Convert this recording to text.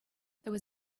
there